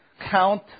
count